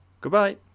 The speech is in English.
Goodbye